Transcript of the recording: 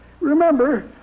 Remember